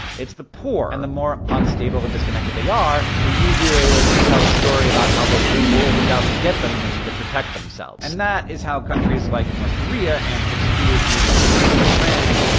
it's the poor. and the more unstable and disconnected they are, the easier it is to tell a story about how the whole world is out to get them and they need to protect themselves. and that is how countries like north korea and, it's feared, maybe someday iran,